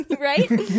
right